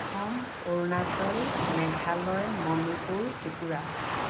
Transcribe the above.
Assam Arunachal Meghalaya Manipur Tripura